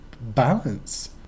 balance